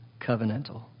Covenantal